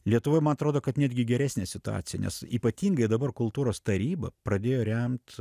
lietuvoj man atrodo kad netgi geresnė situacija nes ypatingai dabar kultūros taryba pradėjo remt